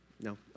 No